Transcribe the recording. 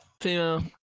Female